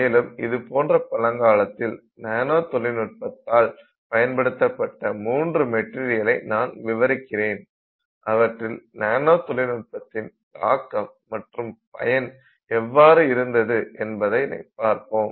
மேலும் இதுபோன்று பழங்காலத்தில் நானோ தொழில்நுட்பத்தால் பயன்ப்படுத்தப்பட்ட மூன்று மெட்டீரியலை நான் விவரிக்கிறேன் அவற்றில் நானோ தொழில்நுட்பத்தின் தாக்கம் மற்றும் பயன் எவ்வாறு இருந்தது என்பதனை பார்ப்போம்